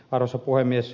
arvoisa puhemies